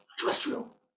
terrestrial